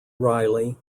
riley